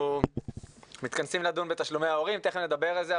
אנחנו מתכנסים לדון בתשלומי ההורים ותכף נדבר על זה.